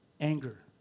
anger